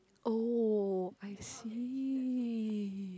oh I see